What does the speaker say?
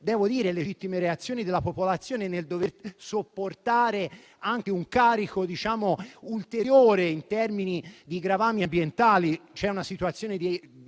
alle legittime reazioni della popolazione per il fatto di dover sopportare anche un carico ulteriore in termini di gravami ambientali,